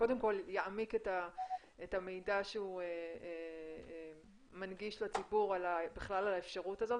קודם כל יעמיק את המידע שהוא מנגיש לציבור בכלל על האפשרות הזאת,